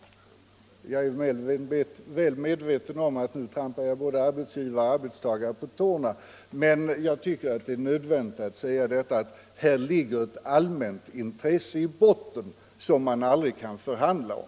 Jag är väl medveten om att jag trampar både arbetsgivare och arbetstagare på tårna när jag säger detta, men jag tycker det är nödvändigt att framhålla att här ligger ett allmänt intresse i botten, som man aldrig kan förhandla om.